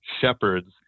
shepherds